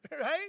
right